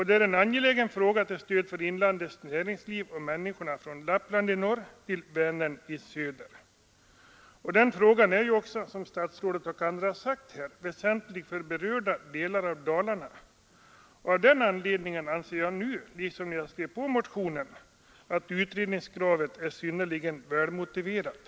Det är en angelägen fråga för inlandets näringsliv och för människorna från Lappland i norr till Vänern i söder. Som statsrådet har sagt är frågan också väsentlig för berörda delar av Dalarna. Av den anledningen anser jag nu, liksom när jag skrev under motionen, att utredningskravet är synnerligen välmotiverat.